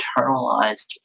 internalized